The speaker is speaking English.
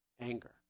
anger